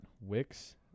Wix